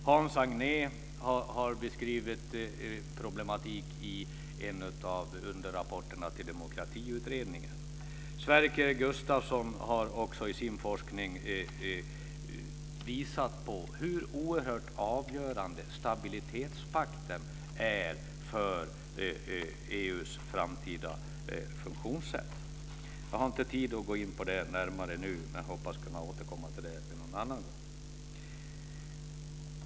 Hans Agné har beskrivit problematik i en av underrapporterna till Demokratiutredningen. Sverker Gustafsson har också i sin forskning visat på hur oerhört avgörande stabilitetspakten är för EU:s framtida funktionssätt. Jag har inte tid att gå in på detta närmare nu, men hoppas kunna återkomma till det någon annan gång.